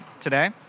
today